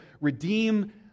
redeem